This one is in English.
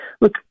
look